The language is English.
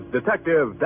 Detective